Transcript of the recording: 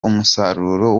umusaruro